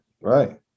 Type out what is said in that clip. Right